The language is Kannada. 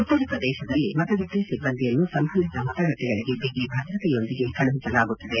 ಉತ್ತರ ಪ್ರದೇಶದಲ್ಲಿ ಮತಗಟ್ಟೆ ಸಿಬ್ಬಂದಿಯನ್ನು ಸಂಬಂಧಿತ ಮತಗಟ್ಟೆಗಳಗೆ ಬಿಗಿ ಭದ್ರತೆಯೊಂದಿಗೆ ಕಳುಹಿಸಲಾಗುತ್ತಿದೆ